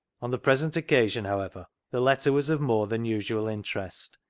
on the present occasion, however, the letter was of more than usual interest,